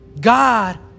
god